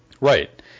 Right